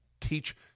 Teach